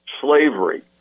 Slavery